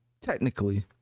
technically